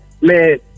man